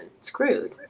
screwed